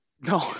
no